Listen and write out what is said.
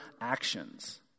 actions